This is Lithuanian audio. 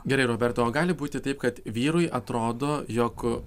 gerai roberta o gali būti taip kad vyrui atrodo jog